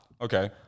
Okay